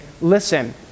listen